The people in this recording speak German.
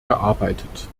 gearbeitet